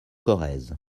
corrèze